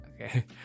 Okay